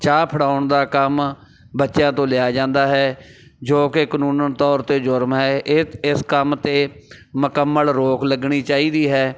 ਚਾਹ ਫੜਾਉਣ ਦਾ ਕੰਮ ਬੱਚਿਆਂ ਤੋਂ ਲਿਆ ਜਾਂਦਾ ਹੈ ਜੋ ਕਿ ਕਾਨੂੰਨ ਤੌਰ 'ਤੇ ਜੁਰਮ ਹੈ ਇਹ ਇਸ ਕੰਮ 'ਤੇ ਮੁਕੰਮਲ ਰੋਕ ਲੱਗਣੀ ਚਾਹੀਦੀ ਹੈ